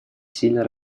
сильно